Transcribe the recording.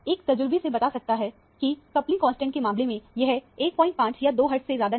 एक तजुर्बे से बता सकता है की कपलिंग कांस्टेंट के मामले में यह 15 या 2 हर्टज से ज्यादा नहीं